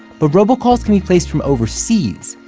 but robocalls can be placed from overseas,